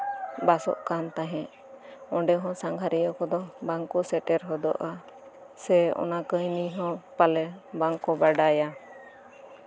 ᱵᱟᱥᱚᱜ ᱠᱟᱱ ᱛᱟᱦᱮᱸᱫ ᱚᱸᱰᱮ ᱦᱚᱸ ᱥᱟᱸᱜᱷᱟᱨᱤᱭᱟᱹ ᱠᱚᱫᱚ ᱵᱟᱝᱠᱚ ᱥᱮᱴᱮᱨ ᱦᱚᱫᱚᱜᱼᱟ ᱥᱮ ᱚᱱᱟ ᱠᱟᱹᱦᱤᱱᱤ ᱦᱚᱸ ᱯᱟᱞᱮ ᱵᱟᱝᱠᱚ ᱵᱟᱰᱟᱭᱟ